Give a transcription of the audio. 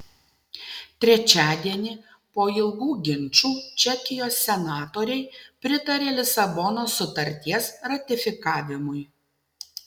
trečiadienį po ilgų ginčų čekijos senatoriai pritarė lisabonos sutarties ratifikavimui